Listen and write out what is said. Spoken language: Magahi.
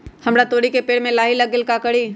हमरा तोरी के पेड़ में लाही लग गेल है का करी?